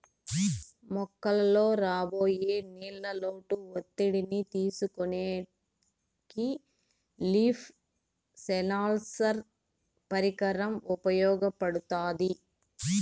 మొక్కలలో రాబోయే నీళ్ళ లోటు ఒత్తిడిని తెలుసుకొనేకి లీఫ్ సెన్సార్ పరికరం ఉపయోగపడుతాది